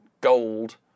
gold